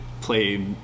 play